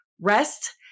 Rest